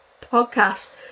podcast